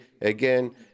Again